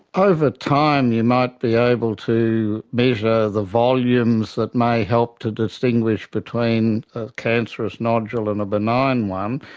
over time you might be able to measure the volumes that may help to distinguish between a cancerous nodule and a benign one,